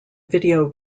video